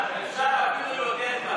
אפשר אפילו יותר קל,